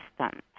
system